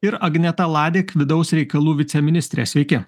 ir agneta ladek vidaus reikalų viceministrė sveiki